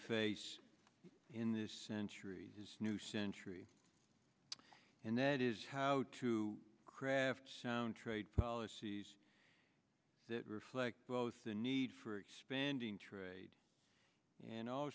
face in this century new century and that is how to craft sound trade policies that reflect both the need for expanding trade and i'll